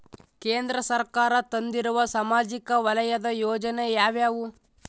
ಕೇಂದ್ರ ಸರ್ಕಾರ ತಂದಿರುವ ಸಾಮಾಜಿಕ ವಲಯದ ಯೋಜನೆ ಯಾವ್ಯಾವು?